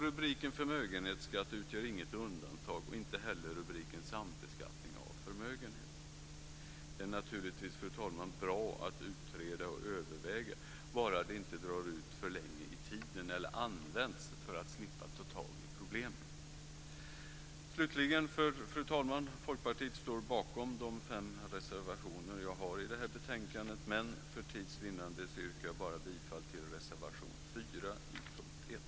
Rubriken Förmögenhetsskatt utgör inget undantag och inte heller rubriken Sambeskattning av förmögenhet. Fru talman! Det är naturligtvis bra att utreda och överväga - bara det inte drar ut för långt på tiden eller används för att man ska slippa ta tag i problemet. Slutligen, fru talman, vill jag säga att Folkpartiet står bakom de fem reservationer som vi har i det här betänkandet, men för tids vinnande yrkar jag bara bifall till reservation 4 under punkt 1.